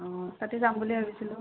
অঁ তাতে যাম বুলি ভাবিছিলোঁ